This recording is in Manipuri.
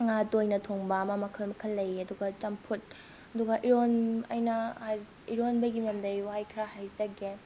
ꯉꯥ ꯇꯣꯏꯅ ꯊꯣꯡꯕ ꯑꯃ ꯃꯈꯜ ꯃꯈꯜ ꯂꯩꯌꯦ ꯑꯗꯨꯒ ꯆꯝꯐꯨꯠ ꯑꯗꯨꯒ ꯑꯩꯅ ꯏꯔꯣꯟꯕꯒꯤ ꯃꯔꯝꯗ ꯑꯩ ꯋꯥꯍꯩ ꯈꯔ ꯍꯥꯏꯖꯒꯦ